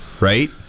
right